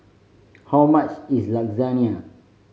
how much is Lasagna